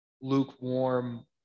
lukewarm